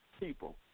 people